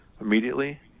immediately